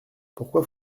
pourquoi